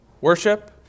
worship